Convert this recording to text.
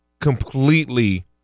completely